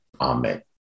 Amen